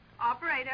Operator